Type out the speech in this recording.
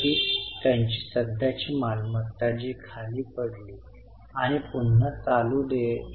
पहा निव्वळ प्रभाव 34600 आहे आणि जर आपण पी आणि एल वर गेला तर 5 चे मूल्य घसरले आहे